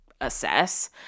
assess